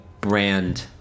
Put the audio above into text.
brand